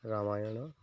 Ramayana